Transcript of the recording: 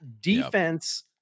Defense